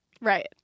right